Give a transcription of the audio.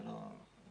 בהקדם.